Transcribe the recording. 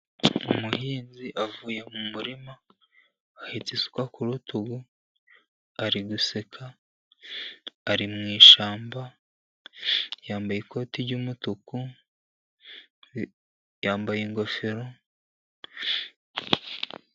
Umuhinzi avuye mu murima ahetse isuka ku rutugu, ari guseka ari mu ishyamba yambaye ikoti ry'umutuku yambaye ingofero.